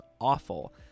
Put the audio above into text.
awful